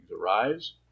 arise